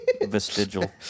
Vestigial